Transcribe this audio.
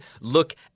look